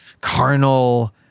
carnal